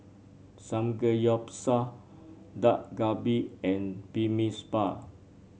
Samgeyopsal Dak Galbi and Bibimbap